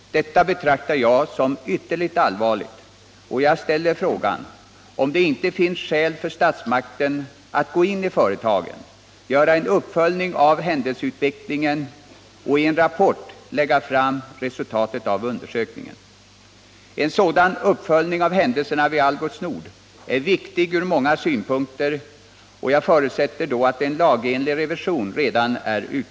Detta betraktar jag som ytterligt allvarligt, och jag ställer frågan, om det inte finns skäl för statsmakterna att gå in i företagen, göra en uppföljning av händelseutvecklingen och i en rapport lägga fram resultatet av undersökningen. En sådan uppföljning av händelserna vid Algots Nord är från många synpunkter viktig, och jag förutsätter då att en lagenlig revision redan är utförd.